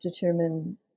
determine